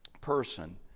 person